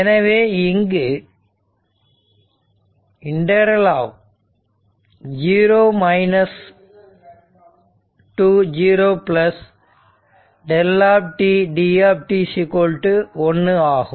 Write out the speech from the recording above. எனவே இங்கு 0 to 0 ∫δ dt 1 ஆகும்